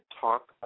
talk